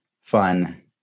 fun